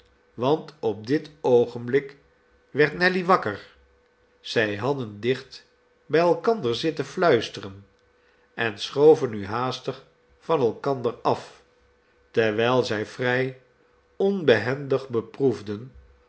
want op dit oogenblik werd nelly wakker zij hadden dicht bij elkander zitten fluisteren en schoven nu haastig van elkander af terwijl zij vrij onbehendig beproefden